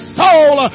soul